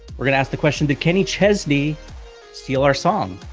we're gonna ask the question did kenny chesney steal our song?